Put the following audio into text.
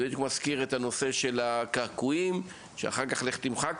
זה מזכיר לי קצת את הנושא של הקעקועים מהנערות שרוצים למחוק